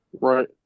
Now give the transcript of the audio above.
Right